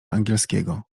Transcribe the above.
angielskiego